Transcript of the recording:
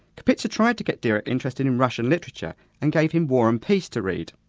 kapitza tried to get dirac interested in russian literature and gave him war and peace to read.